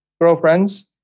Girlfriends